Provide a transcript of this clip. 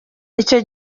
icyo